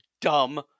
dumb